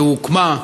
שהוקמה,